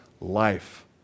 life